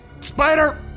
Spider